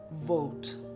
vote